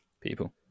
people